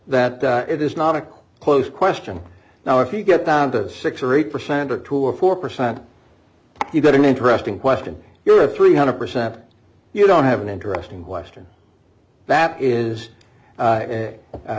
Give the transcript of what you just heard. that it is not a close question now if you get down to six or eight percent or two or four percent you've got an interesting question here of three hundred percent you don't have an interesting question that is